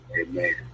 Amen